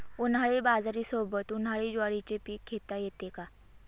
उन्हाळी बाजरीसोबत, उन्हाळी ज्वारीचे पीक घेता येते का?